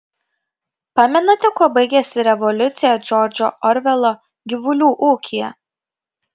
pamenate kuo baigėsi revoliucija džordžo orvelo gyvulių ūkyje